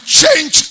change